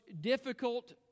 difficult